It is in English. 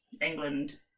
England